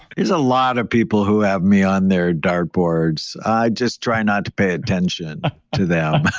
there's a lot of people who have me on their dart boards. i just try not to pay attention to them